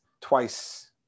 twice